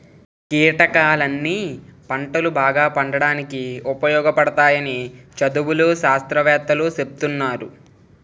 కీటకాలన్నీ పంటలు బాగా పండడానికి ఉపయోగపడతాయని చదువులు, శాస్త్రవేత్తలూ సెప్తున్నారు